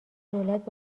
دولت